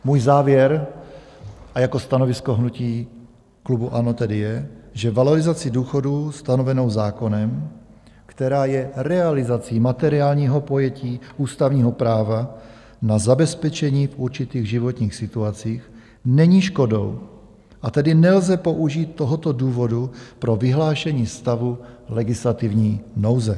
Můj závěr a jako stanovisko hnutí klubu ANO tedy je, že valorizací důchodů stanovenou zákonem, která je realizací materiálního pojetí ústavního práva na zabezpečení v určitých životních situacích, není škodou, a tedy nelze použít tohoto důvodu pro vyhlášení stavu legislativní nouze.